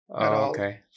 okay